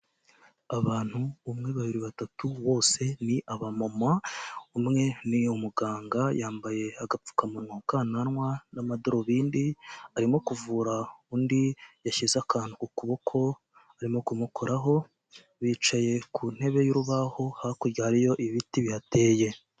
Abantu umwe, babiri, batatu bose ni abamama umwe ni muganga yambaye agapfukamunwa ku kananwa n'amadarubindi arimo kuvura undi washyize akantu ku kuboko arimo kumukoraho bicaye ku ntebe y'urubaho hakurya hariyo ibiti bihateye.